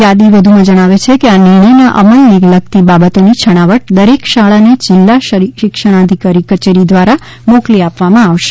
યાદી વધુમાં જણાવે છે કે આ નિર્ણયના અમલને લગતી બાબતોની છણાવટ દરેક શાળાને જિલ્લા શિક્ષણાધિકારી કચેરી દ્વારા મોકલી આપવામાં આવશે